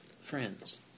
friends